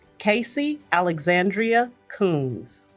casey alexandria koons